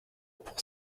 pour